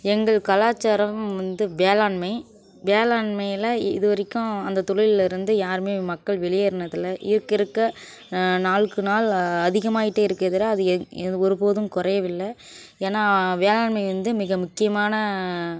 எங்கள் கலாச்சாரம் வந்து வேளாண்மை வேளாண்மையில் இ இது வரைக்கும் அந்த தொழில்ல இருந்து யாருமே மக்கள் வெளியேறுனதில்லை இருக்க இருக்க நாளுக்கு நாள் அதிகமாயிட்டே இருக்கு எதிர அது எங் எனக்கு ஒரு போதும் குறையவில்ல ஏன்னால் வேளாண்மை வந்து மிக முக்கியமான